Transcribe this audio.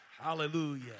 Hallelujah